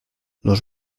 los